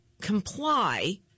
comply